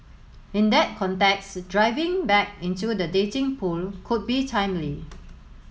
in that context driving back into the dating pool could be timely